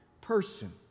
person